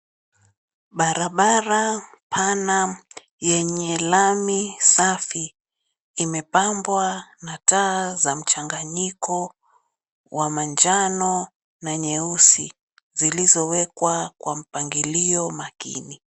Barabara pana yenye lami safi imepambwa na taa za mchanganyiko wa manjano na nyeusi zilizowekwa kwa mpangilio makini.